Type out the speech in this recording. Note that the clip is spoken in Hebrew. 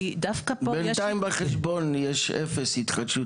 בינתיים בחשבון יש אפס התחדשות